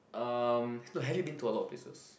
um no have you been to a lot of places